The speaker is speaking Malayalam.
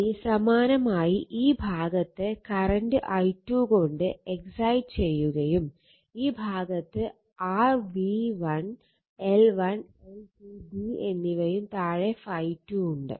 ഇനി സമാനമായി ഈ ഭാഗത്ത് കറണ്ട് i2 കൊണ്ട് എക്സൈറ്റ് ചെയ്യുകയും ഈ ഭാഗത്ത് r v1 L1 L2 d എന്നിവയും താഴെ ∅2 ഉണ്ട്